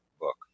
book